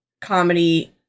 comedy